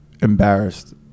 embarrassed